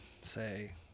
say